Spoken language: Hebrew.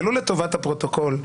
ולו לטובת הפרוטוקול,